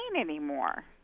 anymore